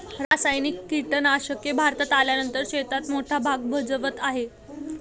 रासायनिक कीटनाशके भारतात आल्यानंतर शेतीत मोठा भाग भजवीत आहे